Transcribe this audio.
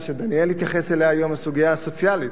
שדניאל התייחס אליה היום: הסוגיה הסוציאלית,